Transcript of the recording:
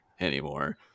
anymore